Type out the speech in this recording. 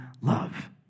love